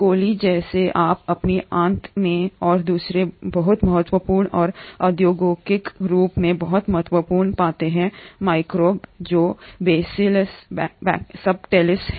कोली जिसे आप अपनी आंत में और दूसरे बहुत महत्वपूर्ण और औद्योगिक रूप से बहुत महत्वपूर्ण पाते हैं माइक्रोब जो बेसिलस सबटिलिस है